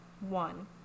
One